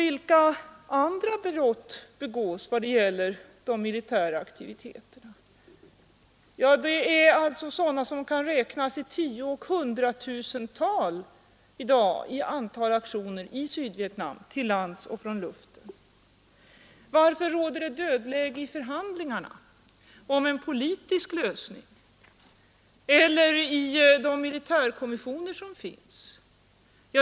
Vilka andra brott begås i vad gäller de militära aktivieterna? Antalet aktioner i Nordvietnam till lands och från luften kan i dag räknas i tiooch hundratusental. Varför råder det dödläge i förhandlingarna om en politisk lösning — eller i de militärkommissioner som finns?